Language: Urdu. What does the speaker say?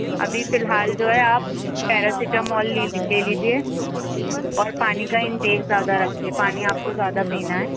ابھی فی الحال جو ہے آپ پیراسیٹامول لے لے لیجئے اور پانی کا انٹیک زیادہ رکھیے پانی آپ کو زیادہ پینا ہے